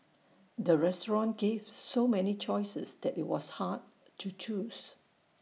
the restaurant gave so many choices that IT was hard to choose